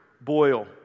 boil